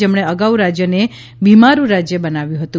જેમણે અગાઉ રાજ્યને બીમારૂ રાજ્ય બનાવ્યું હતું